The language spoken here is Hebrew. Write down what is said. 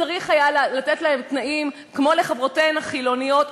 שצריך היה לתת להן תנאים כמו לחברותיהן החילוניות,